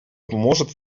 поможет